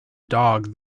dog